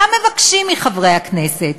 מה מבקשים מחברי הכנסת?